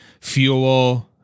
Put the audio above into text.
fuel